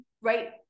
right